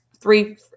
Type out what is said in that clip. three